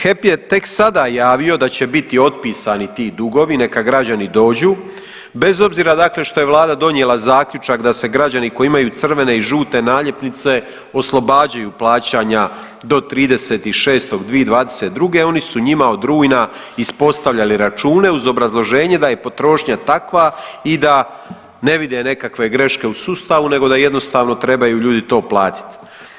HEP je tek sada javio da će biti otpisani ti dugovi, neka građani dođu bez obzira dakle što je vlada donijela zaključak da se građani koji imaju crvene i žute naljepnice oslobađaju plaćanja do 30.6.2022. oni su njima od rujna ispostavljali računa uz obrazloženje da je potrošnja takva i da ne vide nekakve greške u sustavu nego da jednostavno trebaju ljudi to platit.